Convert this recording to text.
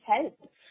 help